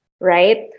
right